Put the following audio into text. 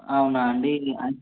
అవునా అండి